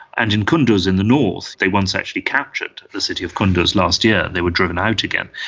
and in kunduz in the north they once actually captured the city of kunduz last year, they were driven out again.